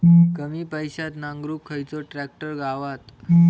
कमी पैशात नांगरुक खयचो ट्रॅक्टर गावात?